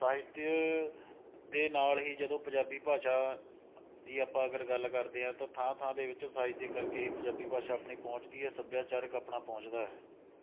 ਸਾਹਿਤ ਦੇ ਨਾਲ਼ ਹੀ ਜਦੋਂ ਪੰਜਾਬੀ ਭਾਸ਼ਾ ਦੀ ਆਪਾਂ ਅਗਰ ਗੱਲ ਕਰਦੇ ਹਾਂ ਤਾਂ ਥਾਂ ਥਾਂ ਦੇ ਵਿੱਚ ਸਾਹਿਤ ਦੇ ਕਰਕੇ ਹੀ ਪੰਜਾਬੀ ਭਾਸ਼ਾ ਆਪਣੀ ਪਹੁੰਚਦੀ ਹੈ ਸੱਭਿਆਚਾਰਕ ਆਪਣਾ ਪਹੁੰਚਦਾ ਹੈ